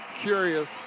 curious